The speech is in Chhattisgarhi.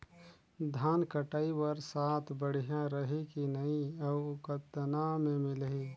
धान कटाई बर साथ बढ़िया रही की नहीं अउ कतना मे मिलही?